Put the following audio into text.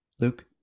Luke